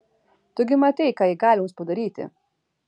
tu gi matei ką ji gali mums padaryti